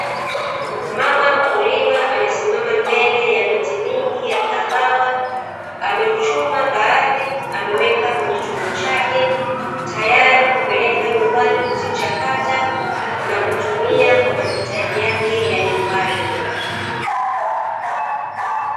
Mama mkulima amesimama mbele ya miti mingi ya kahawa, amechuma baadhi ameweka kwenye chombo chake tayari kupeleka nyumbani kuzichakata na kutumia kwa mahitaji yake ya nyumbani.